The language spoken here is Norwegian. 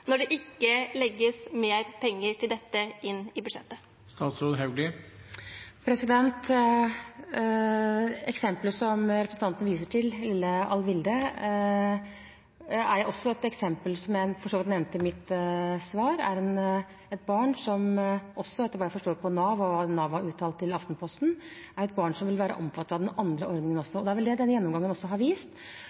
når det ikke legges mer penger til dette inn i budsjettet? Eksemplet som representanten viser til, lille Alvilde, er jo også et eksempel som jeg for så vidt nevnte i mitt svar, et barn som, etter hva jeg forstår på hva Nav har uttalt til Aftenposten, vil være omfattet av den andre ordningen. Det er vel det denne gjennomgangen har vist,